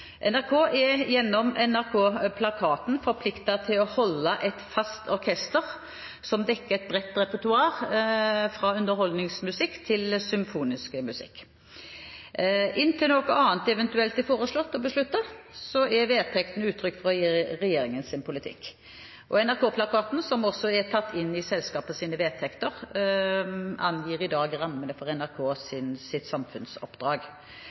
NRK er gjennom NRK-plakaten forpliktet til å «holde et fast orkester som dekker et bredt repertoar fra underholdningsmusikk til symfonisk musikk». Inntil noe annet eventuelt er foreslått og besluttet, er vedtektene uttrykk for regjeringens politikk. NRK-plakaten, som også er tatt inn i selskapets vedtekter, angir i dag rammene for